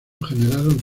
generaron